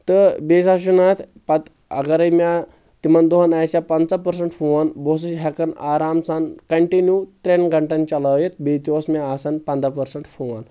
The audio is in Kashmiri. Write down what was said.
تہٕ بییٚہِ ہسا چھُ نہ اتھ پتہٕ اگرے مےٚ تِمن دۄہن آسہا پنژاہ پٔرسنٹ فون بہٕ اوسُس ہیٚکان آرام سان کنٹِنِو ترٛین گنٹن چلٲیتھ بییٚہِ تہِ اوس مےٚ آسان پنداہ پٔرسنٹ فون